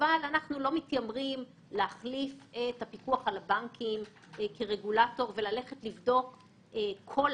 מי בין הרשויות - הפיקוח על הבנקים או הרשות להגבלים עסקיים חקרה את